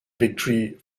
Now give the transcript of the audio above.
victory